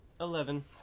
Eleven